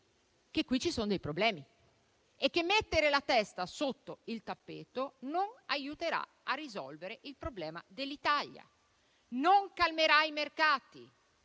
che ci sono dei problemi e che mettere la testa sotto il tappeto non aiuterà a risolvere il problema dell'Italia: non calmerà i mercati,